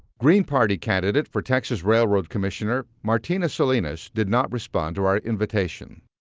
green party candidate for texas railroad commissioner, martina salinas, did not respond to our invitation.